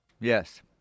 Yes